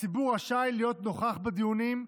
הציבור רשאי להיות נוכח בדיונים,